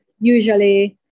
usually